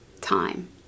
time